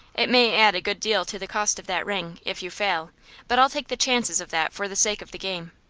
it may add a good deal to the cost of that ring, if you fail but i'll take the chances of that for the sake of the game.